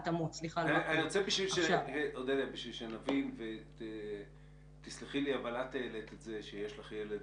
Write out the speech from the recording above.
כדי שנבין ותסלחי לי אבל את העלית את זה שיש לך ילד